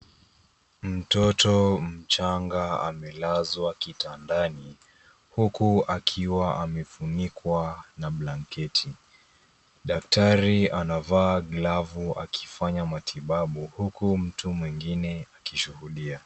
Mtoto mchanga amelazwa kitandani, huku akiwa amefunikwa na blanketi. Daktari anavaa glavu akifanya matibabu , huku mtu mwingine akishuhudia.